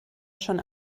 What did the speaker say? schon